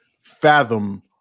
fathom